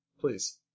Please